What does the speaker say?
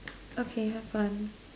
okay have fun